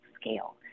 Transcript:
scale